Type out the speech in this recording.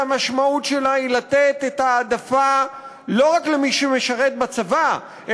שהמשמעות שלה היא לתת את ההעדפה לא רק למי שמשרת בצבא,